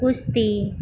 કુસ્તી